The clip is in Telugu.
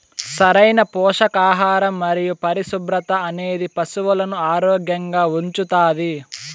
సరైన పోషకాహారం మరియు పరిశుభ్రత అనేది పశువులను ఆరోగ్యంగా ఉంచుతాది